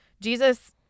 Jesus